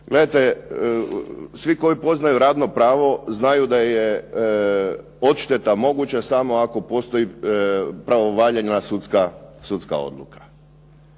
Gledajte, svi koji poznaju radno pravo znaju da je odšteta moguća samo ako postoji pravovaljana sudska odluka.